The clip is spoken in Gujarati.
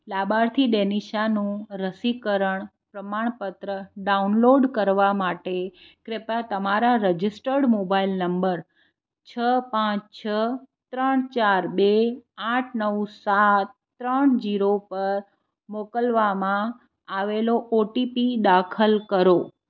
લાભાર્થી ડેનિશાનું રસીકરણ પ્રમાણપત્ર ડાઉનલોડ કરવા માટે કૃપયા તમારા રજિસ્ટર્ડ મોબાઈલ નંબર છ પાંચ છ ત્રણ ચાર બે આઠ નવ સાત ત્રણ ઝીરો પર મોકલવામાં આવેલો ઓટીપી દાખલ કરો